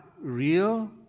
real